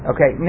Okay